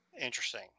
interesting